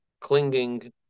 clinging